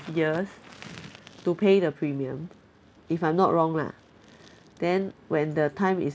years to pay the premium if I'm not wrong lah then when the time is